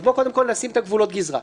אז בואו קודם כל נשים את גבולות הגזרה.